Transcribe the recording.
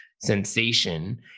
sensation